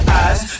eyes